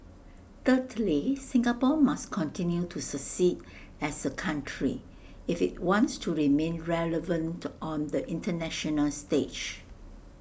thirdly Singapore must continue to succeed as A country if IT wants to remain relevant on the International stage